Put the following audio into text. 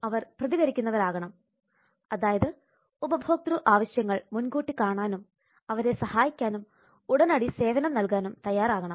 അവർ പ്രതികരിക്കുന്നവർ ആകണം അതായത് ഉപഭോക്തൃ ആവശ്യങ്ങൾ മുൻകൂട്ടി കാണാനും അവരെ സഹായിക്കാനും ഉടനടി സേവനം നൽകാനും തയ്യാറാകണം